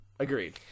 Agreed